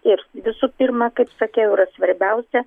ir visų pirma kaip sakiau yra svarbiausia